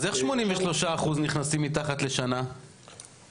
אז איך לפי הדוח 83 אחוז נכנסים מתחת לפחות משנה לכלא?